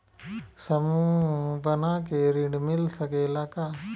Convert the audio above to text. समूह बना के ऋण मिल सकेला का?